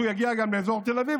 כשהוא יגיע לאזור תל אביב,